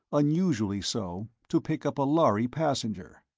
unusually so, to pick up a lhari passenger.